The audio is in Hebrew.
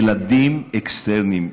ילדים אקסטרניים,